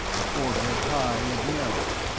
the forehead high and narrow,